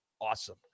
awesome